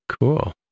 Cool